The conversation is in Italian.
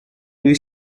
lui